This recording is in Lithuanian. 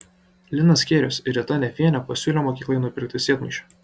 linas skierius ir rita nefienė pasiūlė mokyklai nupirkti sėdmaišių